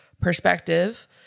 perspective